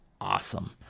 awesome